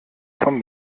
vom